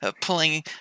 pulling